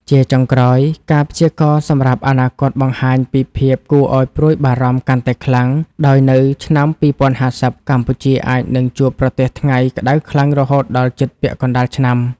ជាចុងក្រោយ ការព្យាករណ៍សម្រាប់អនាគតបង្ហាញពីភាពគួរឱ្យព្រួយបារម្ភកាន់តែខ្លាំង ដោយនៅឆ្នាំ ២០៥០ កម្ពុជាអាចនឹងជួបប្រទះថ្ងៃក្តៅខ្លាំងរហូតដល់ជិតពាក់កណ្តាលឆ្នាំ។